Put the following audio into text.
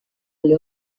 alle